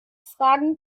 fragen